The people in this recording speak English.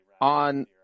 on